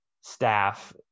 staff